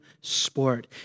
sport